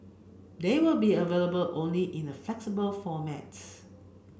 they will be available only in a flexible formats